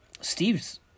Steve's